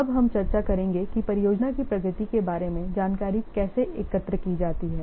अब हम चर्चा करेंगे कि परियोजना की प्रगति के बारे में जानकारी कैसे एकत्र की जाती है